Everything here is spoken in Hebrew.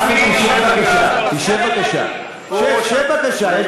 שב בבקשה, תשב בבקשה, שב, שב, בבקשה.